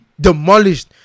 demolished